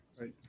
right